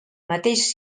mateix